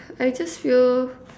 I just feel